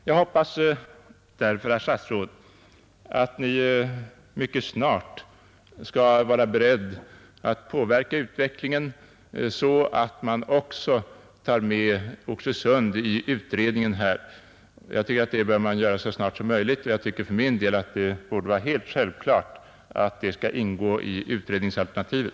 Jag hoppas därför att herr statsrådet mycket snart skall vara beredd att påverka utvecklingen så att man också tar med Oxelösund i utredningen, och det bör man göra så snart som möjligt. Jag tycker för min del att det borde vara helt självklart att detta alternativ skall ingå i utredningsarbetet.